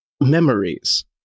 memories